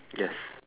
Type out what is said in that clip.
yes